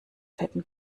fetten